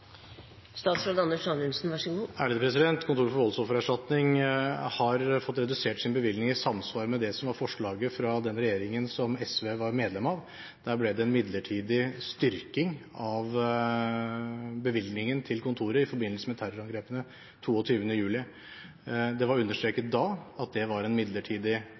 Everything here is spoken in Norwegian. Kontoret for voldsoffererstatning har fått redusert sin bevilgning i samsvar med det som var forslaget fra den regjeringen som SV var medlem av. Der ble det en midlertidig styrking av bevilgningen til kontoret i forbindelse med terrorangrepene 22. juli. Det var understreket da at det var en midlertidig